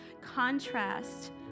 contrast